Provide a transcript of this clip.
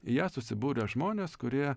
į ją susibūrė žmonės kurie